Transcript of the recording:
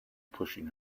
pushing